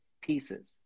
pieces